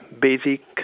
basic